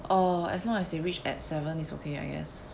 uh as long as they reach at seven it's okay I guess